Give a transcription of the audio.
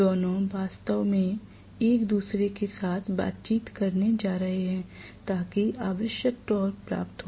दोनों वास्तव में एक दूसरे के साथ बातचीत करने जा रहे हैं ताकि आवश्यक टॉर्क प्राप्त हो